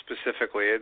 specifically